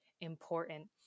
important